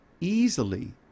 easily